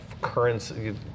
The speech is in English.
currency